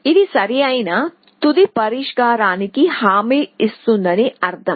ఇది సరైన తుది పరిష్కారానికి హామీ ఇస్తుందని అర్థం